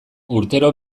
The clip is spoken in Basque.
urtero